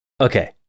Okay